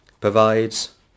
provides